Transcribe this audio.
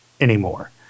anymore